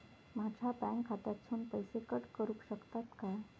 माझ्या बँक खात्यासून पैसे कट करुक शकतात काय?